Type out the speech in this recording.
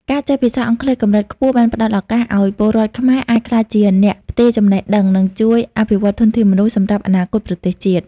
ការចេះភាសាអង់គ្លេសកម្រិតខ្ពស់បានផ្តល់ឱកាសឱ្យពលរដ្ឋខ្មែរអាចក្លាយជាអ្នកផ្ទេរចំណេះដឹង និងជួយអភិវឌ្ឍធនធានមនុស្សសម្រាប់អនាគតប្រទេសជាតិ។